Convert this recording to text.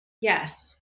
Yes